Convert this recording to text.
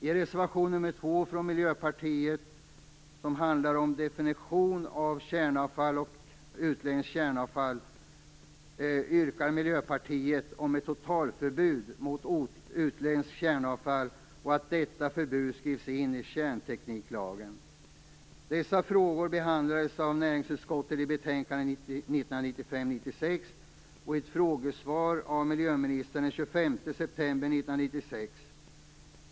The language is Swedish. I reservation nr 2 från Miljöpartiet, som handlar om definition av kärnavfall och utländskt kärnavfall, yrkar Miljöpartiet på ett totalförbud mot utländskt kärnavfall och att detta förbud skrivs in i kärntekniklagen. Dessa frågor behandlades i ett betänkande av näringsutskottet 1995/96 och i ett frågesvar från miljöministern den 25 september 1996.